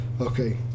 Okay